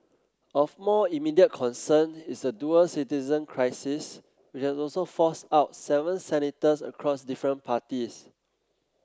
of more immediate concern is the dual citizen crisis which has also forced out seven senators across different parties